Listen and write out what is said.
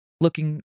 looking